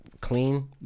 clean